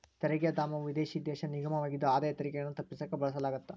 ತೆರಿಗೆ ಧಾಮವು ವಿದೇಶಿ ದೇಶ ನಿಗಮವಾಗಿದ್ದು ಆದಾಯ ತೆರಿಗೆಗಳನ್ನ ತಪ್ಪಿಸಕ ಬಳಸಲಾಗತ್ತ